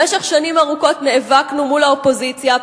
במשך שנים ארוכות נאבקנו מול האופוזיציה,